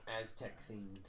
Aztec-themed